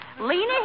Lena